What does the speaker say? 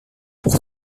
pour